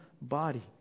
body